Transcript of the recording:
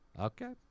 Okay